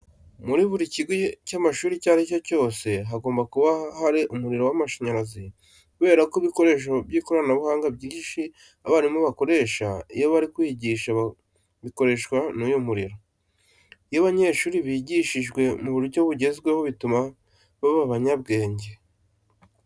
Muri buri kigo cy'amashuri icyo ari cyo cyose haba hagomba kuba hari umuriro w'amashanyarazi kubera ko ibikoresho by'ikoranabuhanga byinshi abarimu bakoresha iyo bari kwigisha bikoreshwa n'uyu muriro. Iyo abanyeshuri bigishijwe mu buryo bugezweho bituma baba abanyabwenge.